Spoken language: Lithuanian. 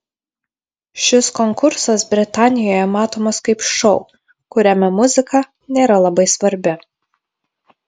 šis konkursas britanijoje matomas kaip šou kuriame muzika nėra labai svarbi